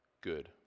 Good